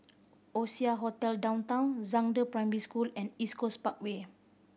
Oasia Hotel Downtown Zhangde Primary School and East Coast Parkway